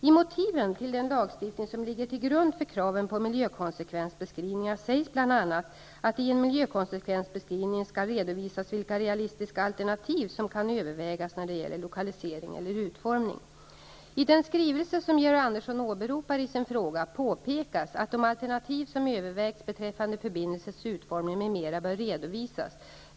I motiven till den lagstiftning som ligger till grund för kraven på miljökonsekvensbeskrivningar sägs bl.a. att i en miljökonsekvensbeskrivning skall redovisas vilka realistiska alternativ som kan övervägas när det gäller lokalisering eller utformning. I den skrivelse som Georg Andersson åberopar i sin fråga påpekas att de alternativ som övervägts beträffande förbindelsens utformning m.m. bör redovisas.